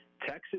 Texas